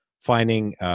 finding